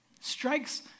Strikes